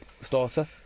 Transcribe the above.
starter